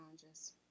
challenges